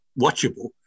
watchable